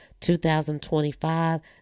2025